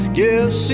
guess